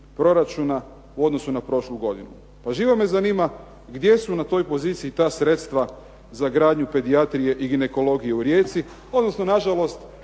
proračuna u odnosu na prošlu godinu. Pa živo me zanima gdje su na toj poziciji ta sredstva za gradnju pedijatrije i ginekologije u Rijeci, odnosno nažalost